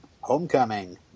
Homecoming